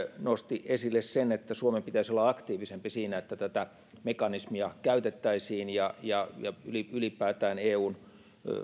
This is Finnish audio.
nosti esille sen että suomen pitäisi olla aktiivisempi siinä että tätä mekanismia käytettäisiin ja ja aktiivisempi ylipäätään eun